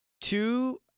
two